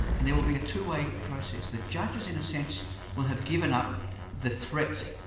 and there will be a two-way process. the judges in a sense will have given up the threat,